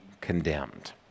condemned